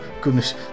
goodness